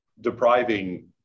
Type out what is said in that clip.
depriving